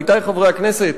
עמיתי חברי הכנסת,